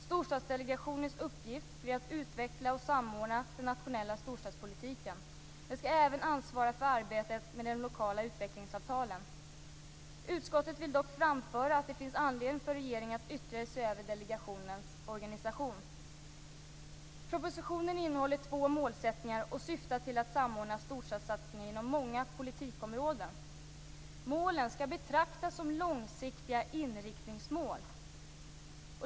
Storstadsdelegationens uppgift blir att utveckla och samordna den nationella storstadspolitiken. Den skall även ansvara för arbetet med de lokala utvecklingsavtalen. Utskottet vill dock framföra att det finns anledning för regeringen att ytterligare se över delegationens organisation. Propositionen innehåller två målsättningar och syftar till att samordna storstadssatsningar inom många politikområden. Målen skall betraktas som långsiktiga inriktningsmål.